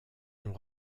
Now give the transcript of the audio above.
ont